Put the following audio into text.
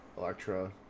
Electra